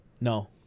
No